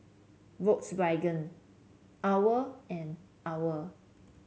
Volkswagen OWL and OWL